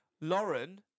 Lauren